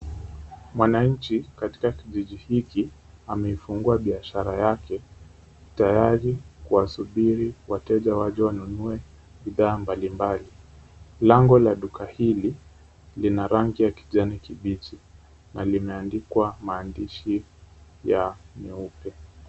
Mwananchi katika kijiji hiki, amefungua biashara yake tayari kuwasubiri wateja waje wanunue bidhaa mbalimbali. Lango la duka hili lina rangi ya kijani kibichi na limeandikwa maandishi ya nyeupe.